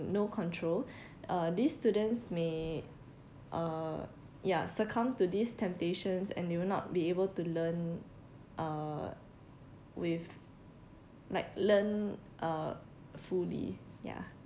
no control uh these students may uh ya succumb to these temptations and they will not be able to learn uh with like learn uh fully ya